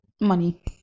money